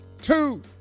two